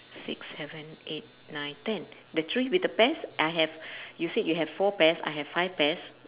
six seven eight nine ten the tree with the pears I have you said you have four pears I have five pears